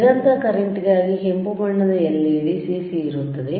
ನಿರಂತರ ಕರೆಂಟ್ಗಾಗಿ ಕೆಂಪು ಬಣ್ಣದ LED CC ಇರುತ್ತದೆ